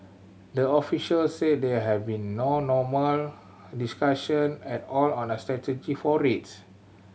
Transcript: the official said there have been no normal discussion at all on a strategy for rates